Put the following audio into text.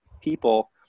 people